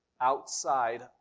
outside